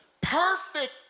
perfect